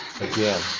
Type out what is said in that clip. again